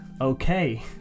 Okay